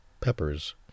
peppers